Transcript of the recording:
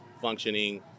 functioning